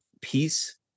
Peace